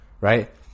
right